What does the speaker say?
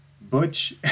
Butch